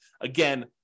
Again